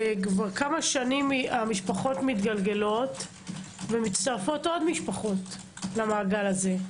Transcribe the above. כבר כמה שנים המשפחות מתגלגלות ומצטרפות עוד משפחות למעגל הזה.